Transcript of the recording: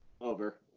over